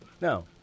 No